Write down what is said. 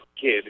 kid